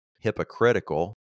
hypocritical